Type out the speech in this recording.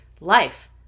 life